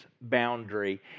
boundary